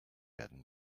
werden